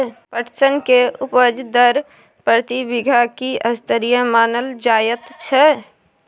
पटसन के उपज दर प्रति बीघा की स्तरीय मानल जायत छै?